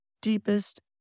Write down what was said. deepest